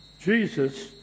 Jesus